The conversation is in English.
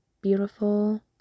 beautiful